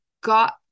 got